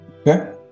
okay